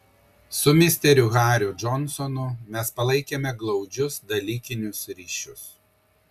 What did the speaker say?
su misteriu hariu džonsonu mes palaikėme glaudžius dalykinius ryšius